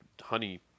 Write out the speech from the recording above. honey